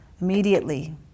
immediately